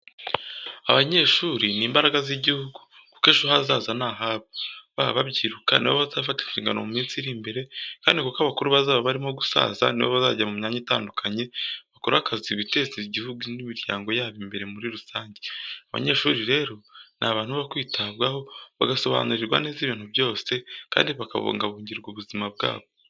Abanyeshuri ni bo mbaraga z'igihugu kuko ejo hazaz ni ahabo. Baba babyiruka nibo bazafata inshingano mu minsi iri imbere kandi kuko abakuru bazaba barimo gusaza nibo bazajya mu myanya itandukanye bakore akazi bzteze igihugu n'imiryango yabo imbere muri rusange. Abanyeshuri rero ni abantu bo kwitabwa ho bagasobanurirwa neza ibintu byose kandi bakabungabungirwa ubuzima bwabo.